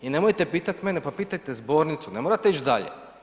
I nemojte pitat mene, pa pitajte zbornicu, ne morate ići dalje.